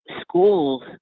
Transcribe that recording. Schools